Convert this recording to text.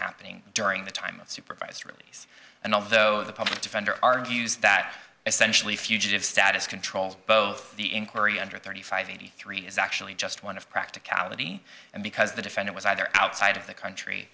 happening during the time of supervised release and although the public defender argues that essentially fugitive status controls both the inquiry under thirty five eighty three is actually just one of practicality and because the defender was either outside of the country